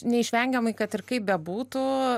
neišvengiamai kad ir kaip bebūtų